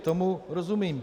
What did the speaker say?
Tomu rozumím.